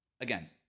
again